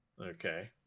Okay